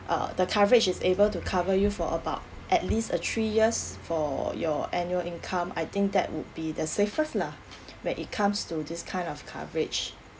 uh the coverage is able to cover you for about at least uh three years for your annual income I think that would be the safest lah when it comes to this kind of coverage